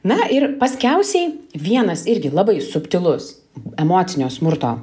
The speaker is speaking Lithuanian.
na ir paskiausiai vienas irgi labai subtilus emocinio smurto